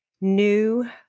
new